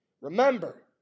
Remember